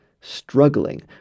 struggling